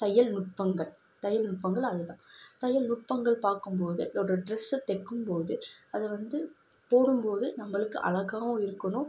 தையல் நுட்பங்கள் தையல் நுட்பங்கள் அதுதான் தையல் நுட்பங்கள் பார்க்கும்போது ஒரு ஒரு ட்ரெஸ்ஸு தைக்கும் போதே அது வந்து போடும் போது நம்மளுக்கு அழகாகவும் இருக்கணும்